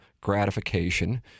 gratification